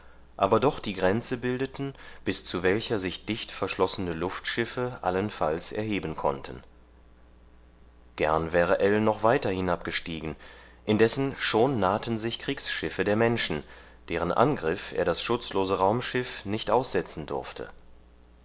aber doch die grenze bildeten bis zu welcher sich dicht verschlossene luftschiffe allenfalls erheben konnten gern wäre ell noch weiter hinabgestiegen indessen schon nahten sich kriegsschiffe der menschen deren angriff er das schutzlose raumschiff nicht aussetzen durfte